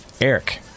Eric